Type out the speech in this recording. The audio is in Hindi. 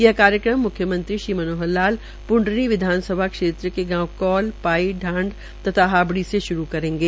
यह कार्यक्रम म्ख्यमंत्री श्री मनोहर लाल प्ंडरी विधानसभा क्षेत्र के गांव कौल परई ढाण्ड तथा हाबड़ी से श्रू करेंगे